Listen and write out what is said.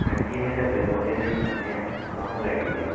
madam ji असें डब्बे खोली नेई दिक्खी सकने आं तुसें मगांई दी ऐ